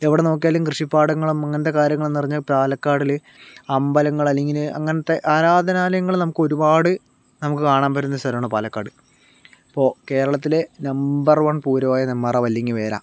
എവിടെ നോക്കിയാലും കൃഷിപ്പാടങ്ങളും അങ്ങനത്തെ കാര്യങ്ങളും നിറഞ്ഞ പാലക്കാടില് അമ്പലങ്ങള് അല്ലെങ്കില് അങ്ങനത്തെ ആരാധനാലയങ്ങള് നമുക്ക് ഒരുപാട് നമുക്ക് കാണാൻ പറ്റുന്ന സ്ഥലമാണ് പാലക്കാട് അപ്പോൾ കേരളത്തിലെ നമ്പർ വൺ പൂരമായ നെന്മാറ വല്ലങ്കി വേല